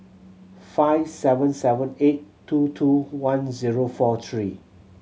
five seven seven eight two two one zero four three